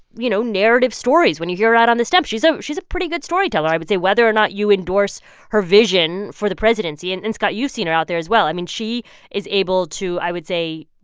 you know, narrative stories when you hear her out on the stump. she's so she's a pretty good storyteller. i would say whether or not you endorse her vision for the presidency and and, scott, you've seen her out there as well i mean, she is able to, i would say,